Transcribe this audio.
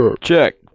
Check